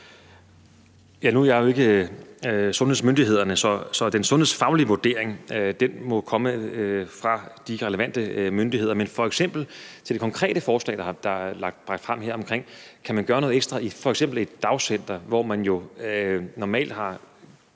Nu er jeg jo ikke sundhedsmyndighederne, så den sundhedsfaglige vurdering må komme fra de relevante myndigheder. Men med hensyn til det konkrete forslag, der er lagt frem her – altså om man kan gøre noget ekstra i f.eks. et dagcenter, hvor der jo normalt sker